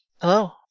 Hello